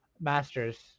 masters